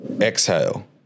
exhale